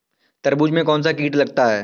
तरबूज में कौनसा कीट लगता है?